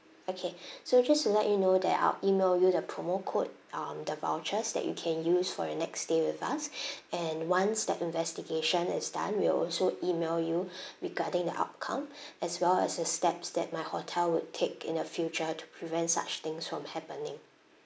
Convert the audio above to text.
okay so just to let you know that I'll email you the promo code um the vouchers that you can use for your next stay with us and once the investigation is done we'll also email you regarding the outcome as well as the steps that my hotel would take in the future to prevent such things from happening